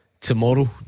tomorrow